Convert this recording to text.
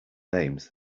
names